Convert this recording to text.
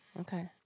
Okay